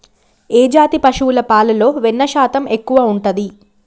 ఏ జాతి పశువుల పాలలో వెన్నె శాతం ఎక్కువ ఉంటది?